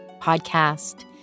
podcast